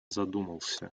задумался